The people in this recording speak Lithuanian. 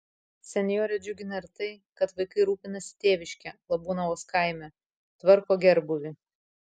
senjorę džiugina ir tai kad vaikai rūpinasi tėviške labūnavos kaime tvarko gerbūvį